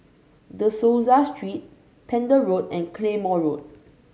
De Souza Street Pender Road and Claymore Road